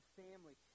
family